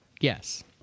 Yes